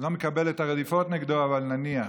לא מקבל את הרדיפות נגדו, אבל נניח,